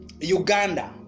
Uganda